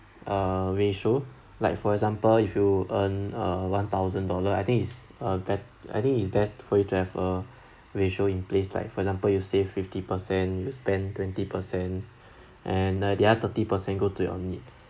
a ratio like for example if you earn uh one thousand dollar I think is uh be~ I think is best for you to have a ratio in place like for example you save fifty percent you spend twenty percent and the oth~ thirty percent go to your needs